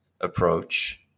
approach